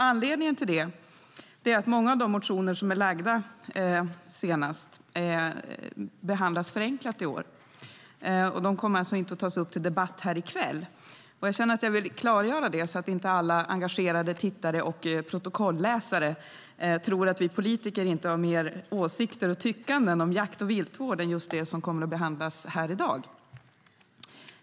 Anledningen till det är att många av de motioner som senast är väckta behandlas förenklat i år. De kommer alltså inte att tas upp till debatt här i kväll. Jag känner att jag vill klargöra det så att inte alla engagerade tittare och protokollsläsare tror att vi politiker inte har mer åsikter och tyckanden om jakt och viltvård än just det som kommer att behandlas i kväll.